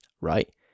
right